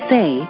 Say